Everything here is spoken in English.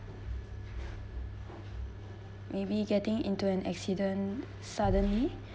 maybe getting into an accident suddenly